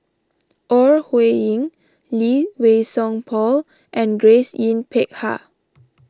Ore Huiying Lee Wei Song Paul and Grace Yin Peck Ha